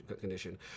condition